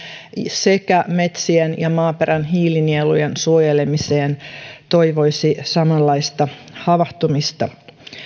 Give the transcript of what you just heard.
sekä metsien ja maaperän hiilinielujen suojelemiseen toivoisi samanlaista havahtumista